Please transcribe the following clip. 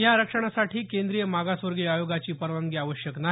या आरक्षणासाठी केंद्रीय मागासवर्गीय आयोगाची परवानगी आवश्यक नाही